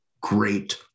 great